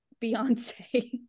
Beyonce